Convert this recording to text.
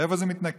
איפה זה מתנקם?